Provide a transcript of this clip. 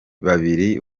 babiri